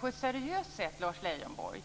på ett seriöst sätt, Lars Leijonborg.